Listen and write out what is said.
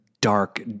dark